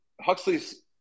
huxley's